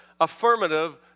affirmative